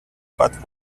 but